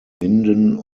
minden